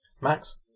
Max